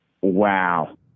Wow